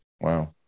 Wow